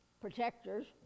protectors